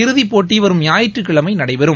இறுதிப்போட்டி வரும் ஞாயிற்றுக்கிழமை நடைபெறும்